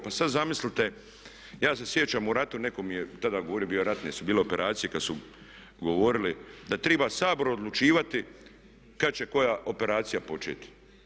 Pa sada zamislite ja se sjećam u ratu, netko mi je tada govorio ratne su bile operacije kada su govorili da treba Sabor odlučivati kada će koja operacija početi.